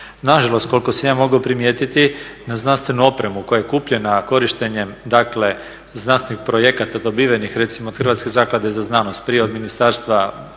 Nažalost, koliko sam ja mogao primijetiti na znanstvenu opremu koja je kupljena korištenjem dakle znanstvenih projekata dobivenih recimo od Hrvatske zaklade za znanost prije od Ministarstva